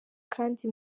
kandi